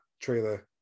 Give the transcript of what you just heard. trailer